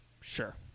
sure